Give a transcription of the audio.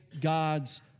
God's